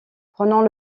prenant